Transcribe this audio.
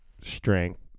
strength